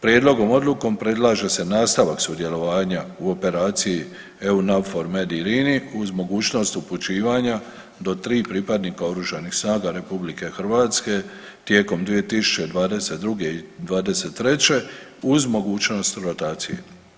Prijedlogom odlukom predlaže se nastavak sudjelovanja u operaciji EUNAVFOR MED IRINI uz mogućnost upućivanja do 3 pripadnika OSRH-a tijekom 2022. i '23., uz mogućnost rotacije.